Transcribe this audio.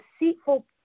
deceitful